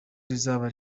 rizaba